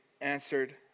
answered